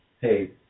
hey